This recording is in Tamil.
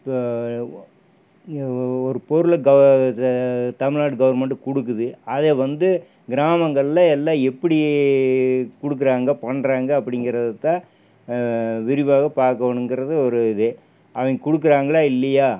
ப ஒரு பொருளை க இது தமிழ்நாடு கவர்மெண்ட்டு கொடுக்குது அதே வந்து கிராமங்களில் எல்லா எப்படி கொடுக்கறாங்க பண்றாங்க அப்படிங்கிறது தான் விரிவாக பாக்கணுங்கிறது ஒரு இது அவங் கொடுக்கறாங்களா இல்லையா